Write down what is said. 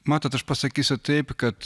matot aš pasakysiu taip kad